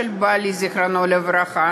אנטי-דתי, אנטי-חרדי, זה לא הולך.